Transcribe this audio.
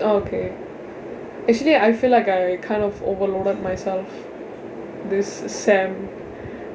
oh okay actually I feel like I kind of overloaded myself this sem